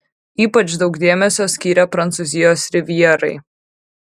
ypač daug dėmesio skyrė prancūzijos rivjerai